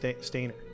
stainer